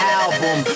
album